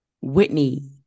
Whitney